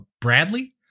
bradley